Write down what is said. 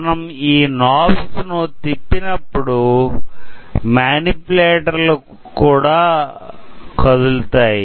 మనం ఈ knobs ను త్రిప్పినప్పుడు మానిప్యులేటర్ లు కూడా కదులుతాయి